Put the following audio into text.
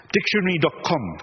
Dictionary.com